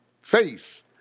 Face